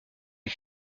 des